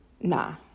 nah